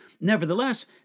Nevertheless